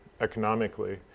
economically